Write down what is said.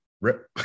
rip